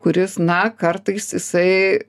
kuris na kartais jisai